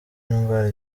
indwara